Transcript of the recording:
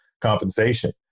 compensation